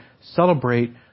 celebrate